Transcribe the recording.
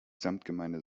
samtgemeinde